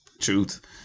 Truth